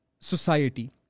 society